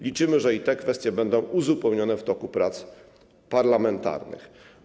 Liczymy, że i te kwestie będą uzupełnione w toku prac parlamentarnych.